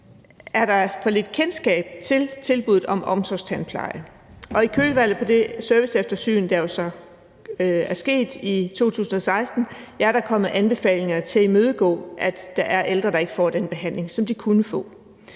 der er for lidt kendskab til tilbuddet om omsorgstandpleje. I kølvandet på det serviceeftersyn, der skete i 2016, er der kommet anbefalinger til at imødegå, at der er ældre, der ikke får den behandling, som de kunne få.